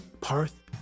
Parth